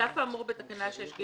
על אף האמור בתקנה 6(ג),